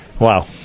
Wow